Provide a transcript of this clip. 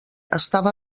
estava